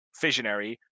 Visionary